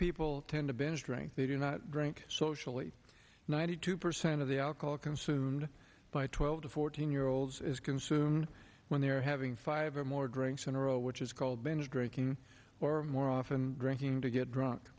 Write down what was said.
drink they do not drink socially ninety two percent of the alcohol consumed by twelve to fourteen year olds is consumed when they're having five or more drinks in a row which is called binge drinking or more often drinking to get drunk